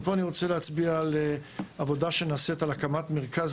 פה אני רוצה להצביע על עבודה שנעשית על הקמת מרכז